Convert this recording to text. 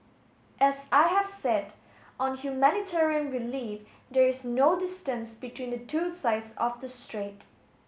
as I have said on humanitarian relief there is no distance between the two sides of the strait